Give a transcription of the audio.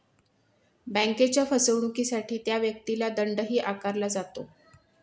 बँकेच्या फसवणुकीसाठी त्या व्यक्तीला दंडही आकारला जातो